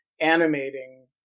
animating